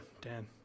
Dan